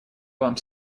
вам